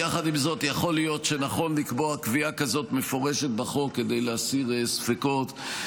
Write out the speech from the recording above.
יכול להיות שנכון לקבוע קביעה כזאת מפורשת בחוק כדי להסיר ספקות,